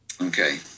okay